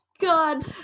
God